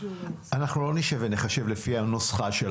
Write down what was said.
אנחנו לא נשב ונחשב לפי הנוסחה שנתת פה.